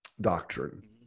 doctrine